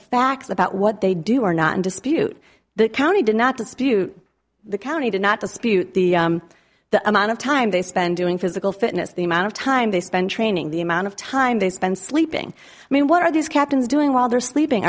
facts about what they do are not in dispute the county did not dispute the county did not dispute the the amount of time they spend doing physical fitness the amount of time they spend training the amount of time they spend sleeping i mean what are these captains doing while they're sleeping